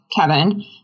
Kevin